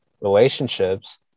relationships